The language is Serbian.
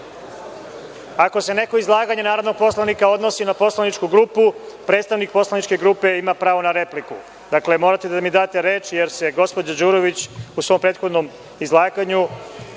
104.Ako se neko izlaganje narodnog poslanika odnosi na poslaničku grupu, predstavnik poslaničke grupe ima pravo na repliku. Dakle, morate da mi date reč, jer se gospođa Đurović u svom prethodnom izlaganju